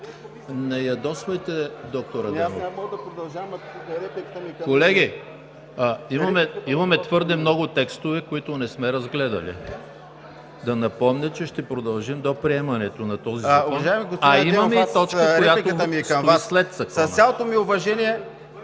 не ядосвайте доктор Адемов. Колеги, имаме твърде много текстове, които не сме разгледали. Да напомня, че ще продължим до приемането на този закон, а имаме и точка, която стои след Закона.